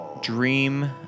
dream